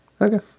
Okay